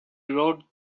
rode